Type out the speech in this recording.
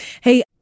hey